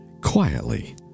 quietly